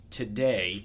today